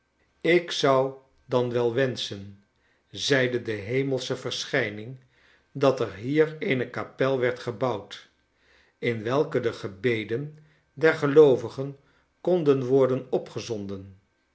ik zou dan wel wenschen zeide dehemelsche verschijning dat er hier eene kapel werd gebouwd in welke de gebeden der geloovigen konden worden